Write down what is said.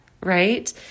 right